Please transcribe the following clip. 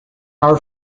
are